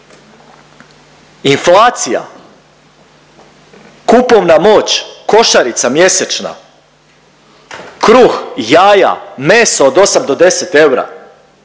Inflacija, kupovna moć košarica mjesečna, kruh, jaja, meso od osam do deset eura,